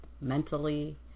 mentally